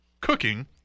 cooking